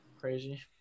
Crazy